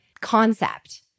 concept